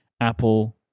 Apple